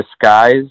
disguise